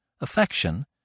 affection